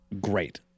great